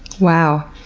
wow.